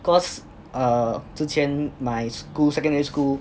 cause err 之前 my school my secondary school